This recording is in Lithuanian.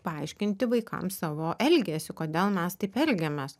paaiškinti vaikams savo elgesį kodėl mes taip elgiamės